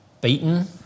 beaten